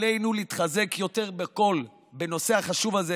עלינו להתחזק יותר מכול בנושא החשוב הזה